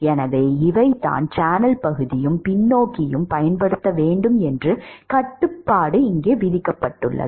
எனவே இவைதான் சேனல் பகுதியையும் பின்னோக்கியும் பயன்படுத்த வேண்டும் என்று கட்டுப்பாடு விதிக்கப்பட்டுள்ளது